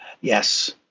Yes